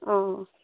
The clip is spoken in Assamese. অঁ